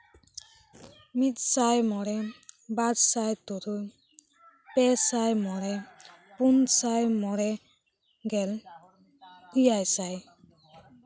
ᱢᱤᱫ ᱥᱟᱭ ᱢᱚᱬᱮ ᱵᱟᱨ ᱥᱟᱭ ᱛᱩᱨᱩᱭ ᱯᱮ ᱥᱟᱭ ᱢᱚᱬᱮ ᱯᱩᱱ ᱥᱟᱭ ᱢᱚᱬᱮ ᱜᱮᱞ ᱮᱭᱟᱭ ᱥᱟᱭ